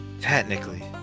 technically